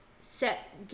set